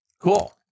cool